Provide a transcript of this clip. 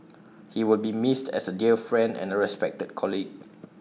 he will be missed as A dear friend and A respected colleague